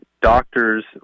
doctors